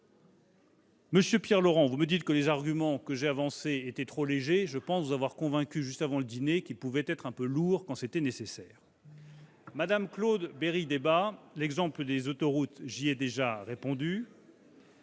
Monsieur Pierre Laurent, vous me dites que les arguments que j'ai avancés étaient trop légers, je pense vous avoir convaincu, juste avant le dîner, qu'ils pouvaient être un peu lourds quand c'était nécessaire ! Monsieur Claude Bérit-Débat, j'ai déjà répondu